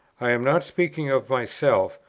i am not speaking of myself,